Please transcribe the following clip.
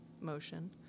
motion